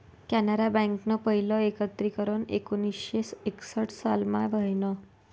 कॅनरा बँकनं पहिलं एकत्रीकरन एकोणीसशे एकसठ सालमा व्हयनं